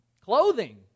Clothing